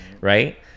Right